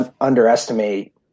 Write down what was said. underestimate